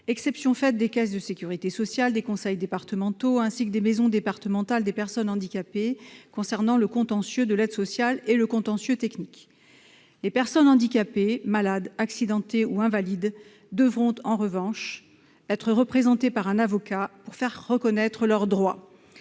exception pour les caisses de sécurité sociale, les conseils départementaux et les maisons départementales des personnes handicapées concernant le contentieux de l'aide sociale et le contentieux technique. Les personnes handicapées, malades, accidentées ou invalides devront en revanche être représentées par un avocat pour faire reconnaître leurs droits.